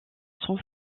sang